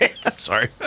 Sorry